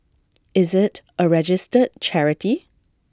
is IT A registered charity